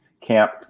camp